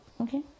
okay